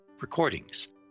recordings